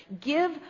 give